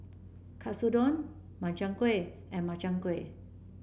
Katsudon Makchang Gui and Makchang Gui